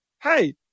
Hey